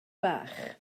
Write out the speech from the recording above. bach